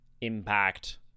impact